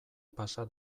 pasa